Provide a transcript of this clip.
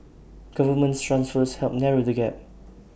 government transfers help narrow the gap